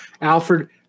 Alfred